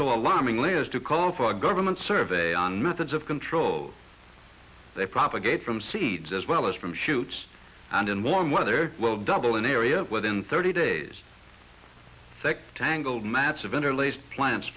so alarmingly as to call for a government survey on methods of control they propagate from seeds as well as from shoots and in warm weather will double in area within thirty days sec tangled